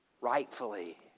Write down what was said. rightfully